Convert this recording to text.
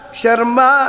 Sharma